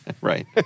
Right